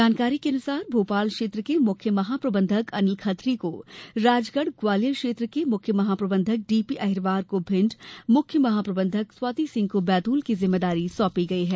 जानकारी के अनुसार भोपाल क्षेत्र के मुख्य महाप्रबंधक अनिल खत्री को राजगढ़ ग्यालियर क्षेत्र के मुख्य महाप्रबंधक डीपीअहिरवार को भिण्ड मुख्य महाप्रबंधक स्वाति सिंह को बैतूल की जिम्मेदारी दी गई है